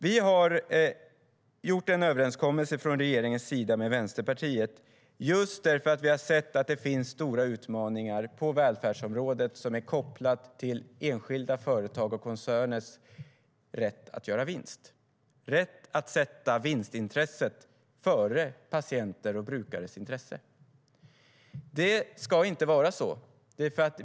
Vi har från regeringens sida gjort en överenskommelse med Vänsterpartiet just därför att vi har sett att det på välfärdsområdet finns stora utmaningar som är kopplade till enskilda företags och koncerners rätt att göra vinst, det vill säga deras rätt att sätta vinstintresset före brukares och patienters intresse. Det ska inte vara så.